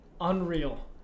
Unreal